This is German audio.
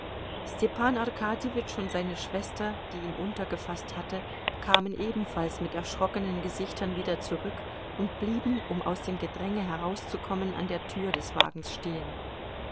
arkadjewitsch und seine schwester die ihn untergefaßt hatte kamen ebenfalls mit erschrockenen gesichtern wieder zurück und blieben um aus dem gedränge herauszukommen an der tür des wagens stehen